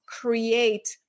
create